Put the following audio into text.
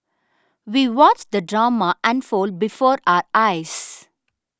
we watched the drama unfold before our eyes